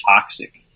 toxic